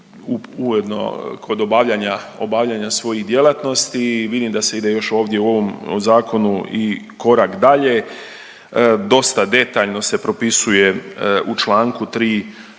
obavljanja, obavljanja svojih djelatnosti i vidim da se ide još ovdje u ovom zakonu i korak dalje. Dosta detaljno se propisuje u Članku 3.